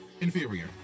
inferior